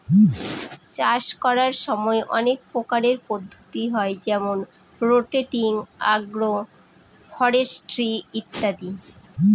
চাষ করার সময় অনেক প্রকারের পদ্ধতি হয় যেমন রোটেটিং, আগ্র ফরেস্ট্রি ইত্যাদি